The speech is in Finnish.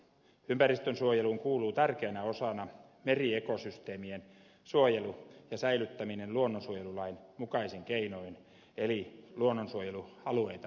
ympäristönsuojeluun kuuluu tärkeänä osana meriekosysteemien suojelu ja säilyttäminen luonnonsuojelulain mukaisin keinoin eli luonnonsuojelualueita perustamalla